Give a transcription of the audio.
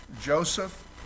Joseph